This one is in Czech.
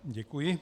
Děkuji.